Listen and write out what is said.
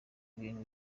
ibintu